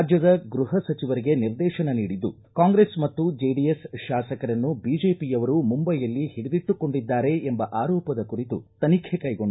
ರಾಜ್ಯದ ಗೃಹ ಸಚಿವರಿಗೆ ನಿರ್ದೇಶನ ನೀಡಿದ್ದು ಕಾಂಗ್ರೆಸ್ ಮತ್ತು ಜೆಡಿಎಸ್ ಶಾಸಕರನ್ನು ಬಿಜೆಒಯವರು ಮುಂದೈಯಲ್ಲಿ ಹಿಡಿದಿಟ್ಟುಕೊಂಡಿದ್ದಾರೆ ಎಂಬ ಆರೋಪದ ಕುರಿತು ತನಿಖೆ ಕೈಗೊಂಡು